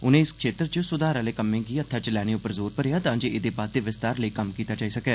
उनें इस क्षेत्र च सुधार आले कम्मे गी हत्थै च लैने उप्पर जोर भरेआ तां जे एहदे बाद्दे विस्तार लेई कम्म कीता जाई सकै